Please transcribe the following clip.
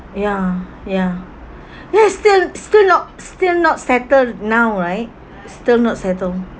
ya ya ya still still not still not settled now right still not settled